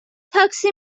تاکسی